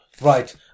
right